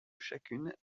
chacune